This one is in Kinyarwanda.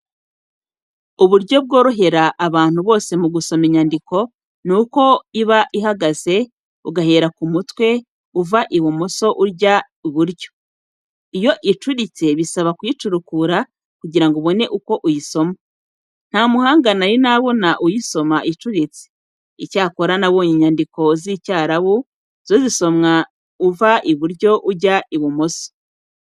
Uburyo bworohera abantu bose mu gusoma inyandiko ni uko iba ihagaze, ugahera ku mutwe, uva ibumoso ujya iburyo. Iyo icuritse bisaba kuyicurukura kugira ngo ubone uko uyisoma. Nta muhanga nari nabona uyisomo icuritse. Icyokora nabonye inyandiko z'Icyarabu zo zisomwa uva iburyo ujya ibumoso.